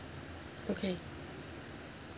okay